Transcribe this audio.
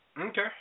Okay